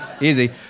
easy